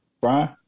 Brian